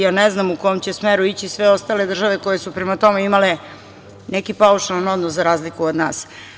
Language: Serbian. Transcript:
Ja ne znam u kom će smeru ići sve ostale države koje su prema tome imale neki paušalni odnos, za razliku od nas.